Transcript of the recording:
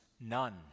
none